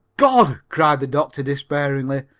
god! cried the doctor despairingly.